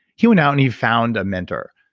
he went out and he found a mentor,